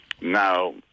Now